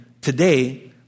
today